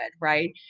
right